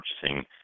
purchasing